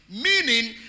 meaning